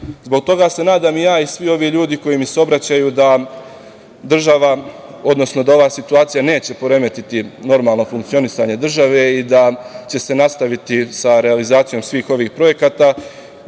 toga se nadam i ja svi ovi ljudi koji mi se obraćaju, da ova situacija neće poremetiti normalno funkcionisanje države i da će se nastaviti sa realizacijom svih ovih projekata,